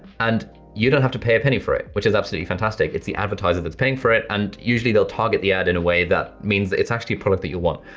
and you don't have to pay a penny for it, which is absolutely fantastic. its the advertiser that's paying for it and usually they'll target the ad in a way that it means it's actually product that you want.